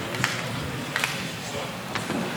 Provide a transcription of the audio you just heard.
אדוני השר, חבריי חברי הכנסת,